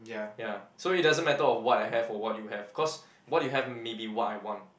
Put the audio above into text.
ya so it doesn't matter of what I have or what you have cause what you have may be what I want